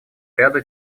ряду